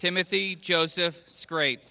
timothy joseph scrape